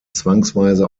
zwangsweise